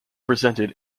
presented